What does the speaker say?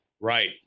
Right